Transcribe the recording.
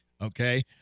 Okay